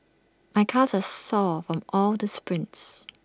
my calves are sore from all the sprints